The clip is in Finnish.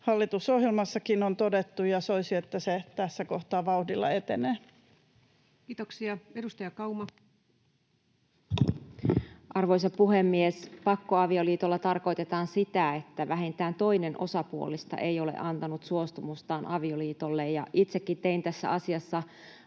hallitusohjelmassakin on todettu, ja soisi, että se tässä kohtaa vauhdilla etenee. Kiitoksia. — Edustaja Kauma. Arvoisa puhemies! Pakkoavioliitolla tarkoitetaan sitä, että vähintään toinen osapuolista ei ole antanut suostumustaan avioliitolle. Itsekin tein tässä asiassa